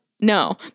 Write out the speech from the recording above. No